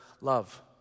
love